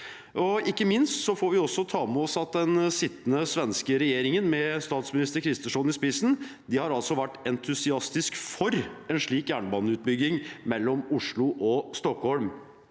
Ikke minst får vi også ta med oss at den sittende svenske regjeringen, med statsminister Kristersson i spissen, har vært entusiastisk for en slik jernbaneutbygging mellom Oslo og Stockholm.